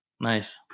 Nice